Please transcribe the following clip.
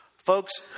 Folks